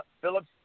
Phillips